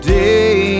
day